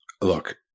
Look